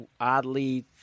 oddly